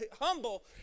humble